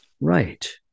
Right